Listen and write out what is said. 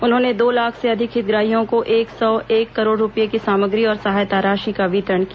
उन्होंने दो लाख से अधिक हितग्राहियों को एक सौ एक करोड़ रुपए की सामग्री और सहायता राशि का वितरण किया